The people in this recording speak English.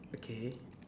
okay